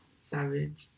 Savage